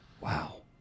Wow